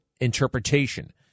interpretation